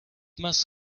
must